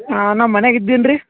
ಹಾಂ ನಾ ಮನೆಗೆ ಇದ್ದೀನಿ ರೀ